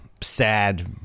sad